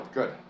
Good